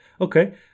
okay